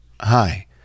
Hi